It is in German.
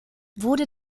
wurde